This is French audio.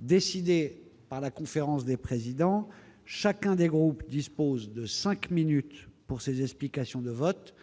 décidée par la conférence des présidents, chacun des groupes dispose de cinq minutes pour ces explications de vote,